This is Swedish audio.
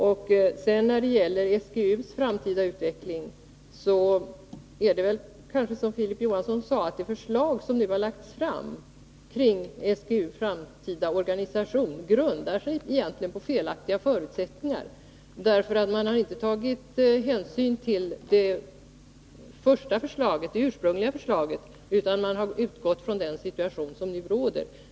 Beträffande SGU:s framtida utveckling är det kanske så som Filip Johansson sade, att det förslag som lagts fram om SGU:s framtida organisation egentligen grundar sig på felaktiga förutsättningar. Man har ju inte tagit hänsyn till det ursprungliga förslaget utan utgått ifrån den situation som nu råder.